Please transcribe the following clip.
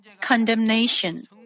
condemnation